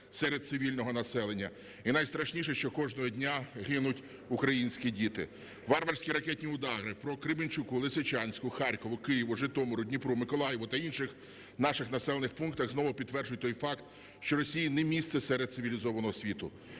серед цивільного населення, і найстрашніше, що кожного дня гинуть українські діти. Варварські ракетні удари по Кременчуку, Лисичанську, Харкову, Києву, Житомиру, Дніпру, Миколаєву та інших наших населених пунктах знову підтверджують той факт, що Росії не місце серед цивілізованого світу.